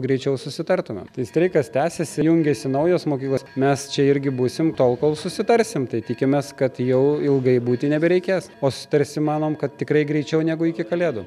greičiau susitartumėm tai streikas tęsiasi jungiasi naujos mokyklos mes čia irgi būsime tol kol susitarsim tai tikimės kad jau ilgai būti nebereikės o susitarsim manom kad tikrai greičiau negu iki kalėdų